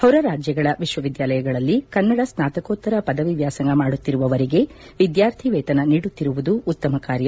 ಹೊರರಾಜ್ದಗಳ ವಿಶ್ವವಿದ್ವಾಲಯಗಳಲ್ಲಿ ಕನ್ನಡ ಸ್ನಾತಕೋತ್ತರ ಪದವಿ ವ್ಯಾಸಂಗ ಮಾಡುತ್ತಿರುವವರಿಗೆ ವಿದ್ವಾರ್ಥಿ ವೇತನ ನೀಡುತ್ತಿರುವುದು ಉತ್ತಮ ಕಾರ್ಯ